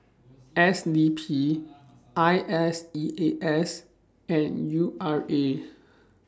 S D P I S E A S and U R A